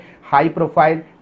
high-profile